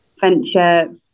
venture